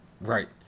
Right